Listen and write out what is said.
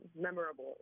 memorable